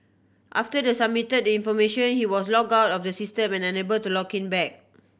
after the submit the information he was log out of the system and unable to log in back